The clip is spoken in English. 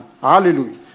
Hallelujah